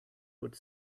would